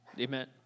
Amen